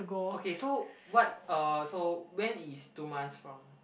okay so what uh so when is two months from